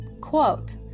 quote